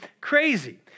crazy